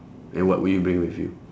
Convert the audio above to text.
and what will you bring with you